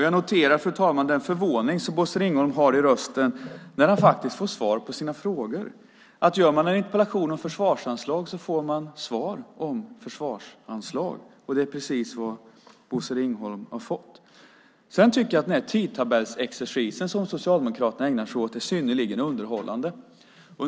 Jag noterar, fru talman, den förvåning som Bosse Ringholm har i rösten när han faktiskt får svar på sina frågor. Ställer man en interpellation om försvarsanslag får man ett svar om försvarsanslag. Det är precis vad Bosse Ringholm har fått. Sedan tycker jag att den tidtabellsexercis som Socialdemokraterna ägnar sig åt är synnerligen underhållande.